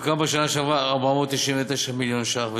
בשנה שעברה סוכם על 499 מיליון ש"ח,